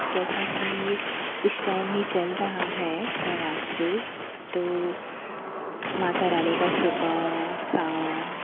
जैसा कि इस टाइम यह चल रही है नवरात्रि तो माता रानी की सुबह शाम